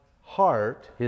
heart